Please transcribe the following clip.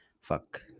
Fuck